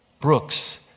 Brooks